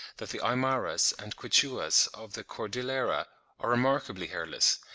that the aymaras and quichuas of the cordillera are remarkably hairless,